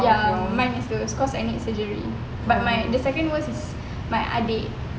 ya mine is worst cause I need surgery but the second worst is my my adik